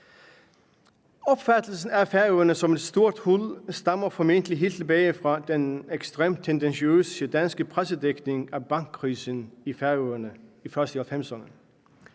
Opfattelsen af Færøerne som et stort hul stammer formentlig helt tilbage fra den ekstremt tendentiøse danske pressedækning af bankkrisen i Færøerne først i 1990'erne.